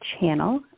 channel